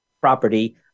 property